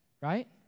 right